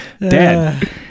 Dad